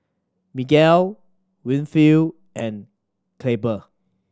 Miguel Winfield and Clabe